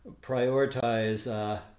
prioritize